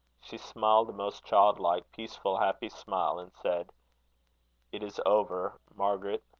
she smiled a most child-like, peaceful, happy smile, and said it is over, margaret,